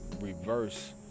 reverse